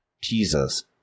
Jesus